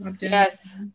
Yes